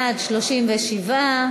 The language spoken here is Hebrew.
בעד, 37,